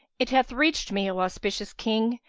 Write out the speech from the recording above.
it hath reached me, o auspicious king,